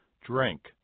Drink